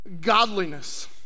godliness